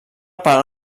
per